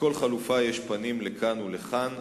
לכל חלופה יש פנים לכאן ולכאן.